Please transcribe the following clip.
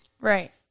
Right